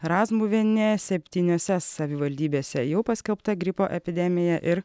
razmuvienė septyniose savivaldybėse jau paskelbta gripo epidemija ir